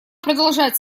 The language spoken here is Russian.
продолжать